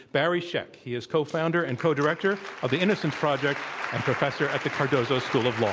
barry scheck. he iscofounder and co director of the innocence project and professor at the cardozo school of law.